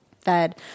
fed